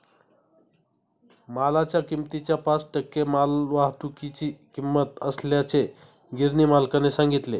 मालाच्या किमतीच्या पाच टक्के मालवाहतुकीची किंमत असल्याचे गिरणी मालकाने सांगितले